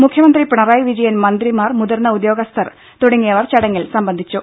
മുഖ്യമന്ത്രി പിണറായി വിജയൻ മന്ത്രിമാർ മുതിർന്ന ഉദ്യോഗസ്ഥർ തുടങ്ങിയവർ ചടങ്ങിൽ സംബന്ധിച്ചു